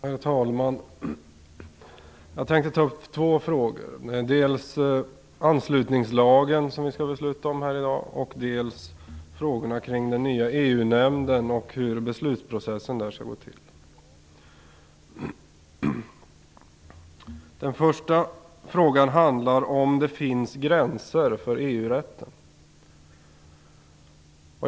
Herr talman! Jag tänker ta upp två frågor. Det gäller dels anslutningslagen, som vi skall besluta om här i dag, dels frågorna kring den nya EU-nämnden och hur beslutsprocessen där skall gå till. Den första frågan handlar om huruvida det finns gränser för EU-rätten.